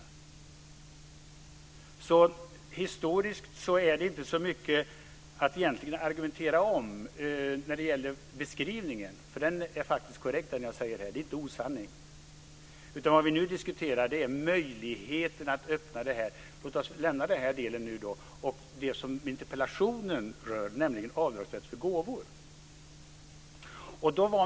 När det gäller historieskrivningen finns det inte särskilt mycket att argumentera om. Det jag säger här är faktiskt korrekt. Det är inte osanning. Låt oss lämna detta nu och ägna oss åt det som interpellationen rör, nämligen avdragsrätt för gåvor.